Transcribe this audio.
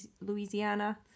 Louisiana